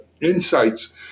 insights